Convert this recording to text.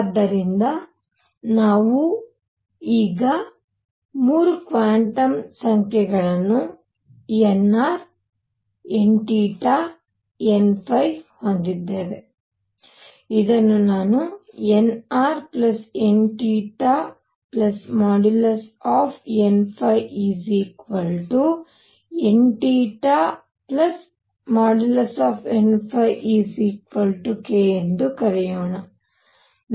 ಆದ್ದರಿಂದ ನಾವು ಈಗ 3 ಕ್ವಾಂಟಮ್ ಸಂಖ್ಯೆಗಳನ್ನು nrnn ಹೊಂದಿದ್ದೇವೆ ಇದನ್ನು ನಾನು nrnnnnk ಎಂದು ಕರೆಯೋಣ